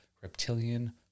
reptilian